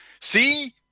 see